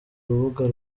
rubuga